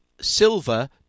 silver